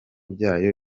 byayo